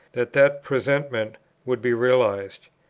that that presentiment would be realized.